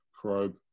probe